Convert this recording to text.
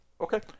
Okay